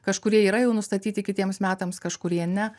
kažkurie yra jau nustatyti kitiems metams kažkurie ne